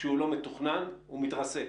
לא מתוכנן, הוא מתרסק.